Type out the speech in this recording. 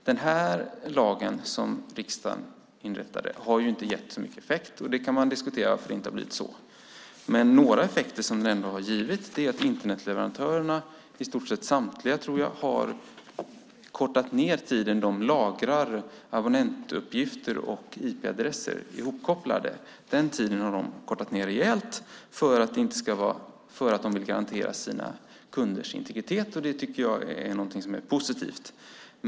Den här lagen, som riksdagen stiftade, har inte gett så mycket effekt. Man kan diskutera varför det har blivit så. Men några effekter har den ändå gett. I stort sett samtliga, tror jag, Internetleverantörer har kortat ned den tid som de lagrar abonnentuppgifter och IP-adresser ihopkopplade. Den tiden har de kortat ned rejält för att de vill garantera sina kunders integritet. Det tycker jag är någonting som är positivt.